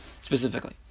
specifically